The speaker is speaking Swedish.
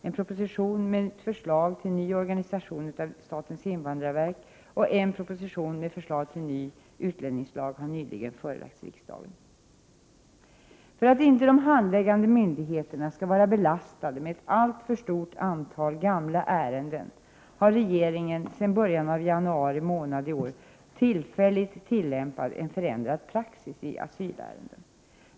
En proposition med förslag till ny organisation av statens invandrarverk har nyligen förelagts riksdagen. För att inte de handläggande myndigheterna skall vara belastade av ett alltför stort antal gamla ärenden, har regeringen sedan början av januari 101 månad i år tillfälligt tillämpat en förändrad praxis i asylärenden.